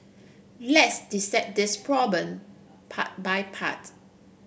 let's dissect this problem part by part